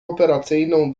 operacyjną